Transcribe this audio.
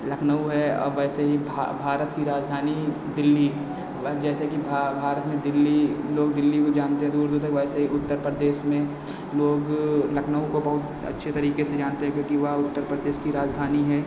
लखनऊ है अब ऐसे ही भा भारत की राजधानी दिल्ली जैसे की भा भारत में दिल्ली लोग दिल्ली को जानते हैं दूर दूर तक वैसे ही उत्तर परदेस में लोग लखनऊ को बहुत अच्छे तरीके से जानते हैं क्योंकि वह उत्तरप्रदेश की राजधानी है